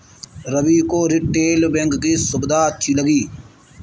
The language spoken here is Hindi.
रवि को रीटेल बैंकिंग की सुविधाएं अच्छी लगी